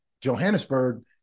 johannesburg